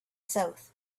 south